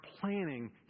planning